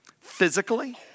Physically